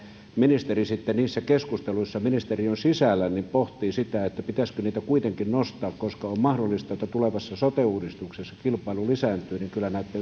ministeri sitten niissä keskusteluissa ministeriön sisällä pohtii sitä pitäisikö sitä kuitenkin nostaa koska on mahdollista että tulevassa sote uudistuksessa kilpailu lisääntyy niin kyllä